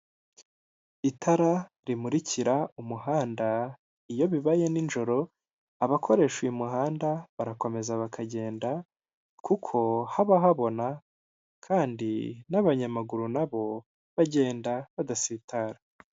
Itara rimurikira umuhanda iyo bibaye nijoro abakoresha uyu muhanda barakomeza bakagenda kuko haba habona kandi n'abanyamaguru nabo bagenda badasitara.